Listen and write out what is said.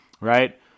right